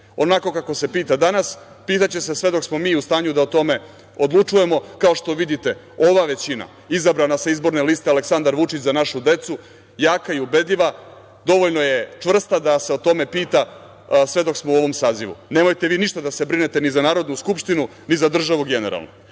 Onako kako se pita danas, pitaće se sve dok smo mi u stanju da o tome odlučujemo. Kao što vidite ova većina izabrana sa izborne liste Aleksandar Vučić – za našu decu, jaka i ubedljiva, dovoljno je čvrsta da se o tome pita sve dok smo u ovom sazivu. Nemojte vi ništa da se brinete ni za Narodnu skupštinu, ni za državu generalno. Ali,